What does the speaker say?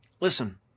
Listen